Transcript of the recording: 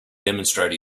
demonstrate